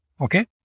okay